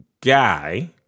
guy